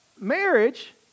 marriage